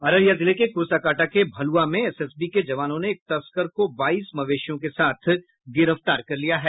अररिया जिले के कुर्साकांटा के भलुआ में एसएसबी के जवानों ने एक तस्कर को बाईस मवेशियों के साथ गिरफ्तार किया है